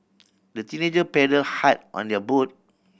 the teenager paddle hard on their boat